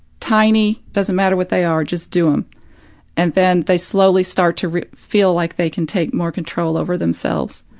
tiny, doesn't matter what they are, just do em and then they slowly start to feel like they can take more control over themselves.